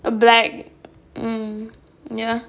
a black mmhmm ya